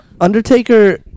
Undertaker